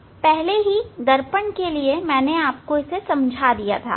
मैंने पहले ही दर्पण के लिए उसे समझा दिया था